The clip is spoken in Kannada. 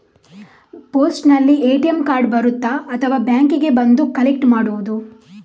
ಪೋಸ್ಟಿನಲ್ಲಿ ಎ.ಟಿ.ಎಂ ಕಾರ್ಡ್ ಬರುತ್ತಾ ಅಥವಾ ಬ್ಯಾಂಕಿಗೆ ಬಂದು ಕಲೆಕ್ಟ್ ಮಾಡುವುದು?